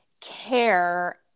care